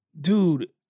Dude